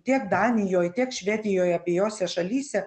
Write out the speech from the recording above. tiek danijoj tiek švedijoj abiejose šalyse